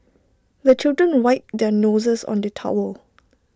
the children wipe their noses on the towel